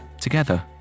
together